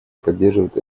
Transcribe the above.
поддерживает